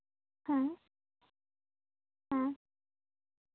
ᱦᱮᱸ ᱦᱮᱸ